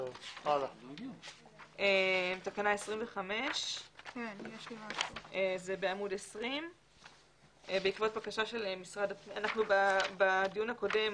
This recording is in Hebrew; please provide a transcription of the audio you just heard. תקנה 25. בדיון הקודם